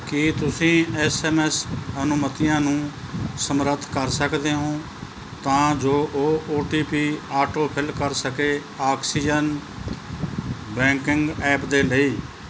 ਕੀ ਤੁਸੀਂਂ S M S ਅਨੁਮਤੀਆਂ ਨੂੰ ਸਮਰੱਥ ਕਰ ਸਕਦੇ ਹੋ ਤਾਂ ਜੋ ਉਹ ਓ ਟੀ ਪੀ ਆਟੋਫਿਲ ਕਰ ਸਕੇ ਆਕਸੀਜਨ ਬੈਂਕਿੰਗ ਐਪ ਦੇ ਲਈ